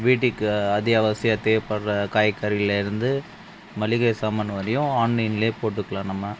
வீட்டுக்கு அத்தியாவசிய தேவைப்பட்ற காய்கறியில இருந்து மளிகை சாமான் வர்லையும் ஆன்லைன்ல போட்டுக்கலாம் நம்ம